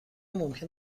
ممکن